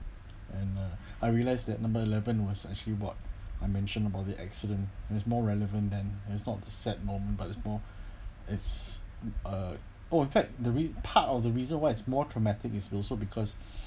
and uh I realise that number eleven was actually what I mentioned about the accident is more relevant then it's not set norm but it's more it's a oh in fact the rea~ part of the reason why is more traumatic is also because